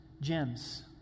gems